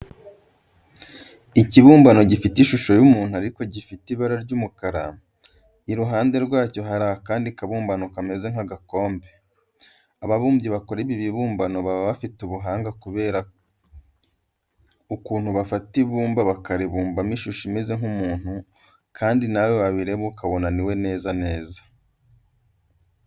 Ikibumbano gifite ishusho y'umuntu ariko gifite ibara ry'umukara, iruhande rwacyo hari akandi kabumbano kameze nk'agakombe. Ababumbyi bakora ibi bibumbano baba bafite ubuhanga kubera ukuntu bafata ibumba bakaribumbamo ishusho imeze nk'umuntu kandi nawe wabireba ukabona ni we neza neza.